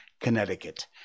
Connecticut